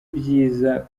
byiza